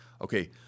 Okay